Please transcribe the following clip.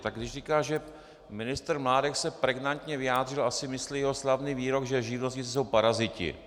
Tak když říká, že ministr Mládek se pregnantně vyjádřil, asi myslí jeho slavný výrok, že živnostníci jsou paraziti.